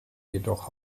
jedoch